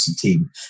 team